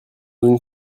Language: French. une